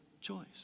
choice